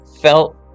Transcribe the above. felt